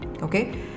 Okay